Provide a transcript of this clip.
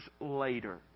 later